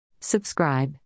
Subscribe